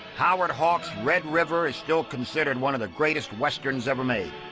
howard hawks' red river is still considered one of the greatest westerns ever made.